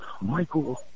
Michael